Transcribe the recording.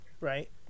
right